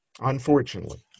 unfortunately